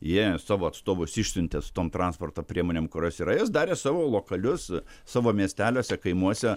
jie savo atstovus išsiuntė su tom transporto priemonėm kurios yra jos darė savo lokalius savo miesteliuose kaimuose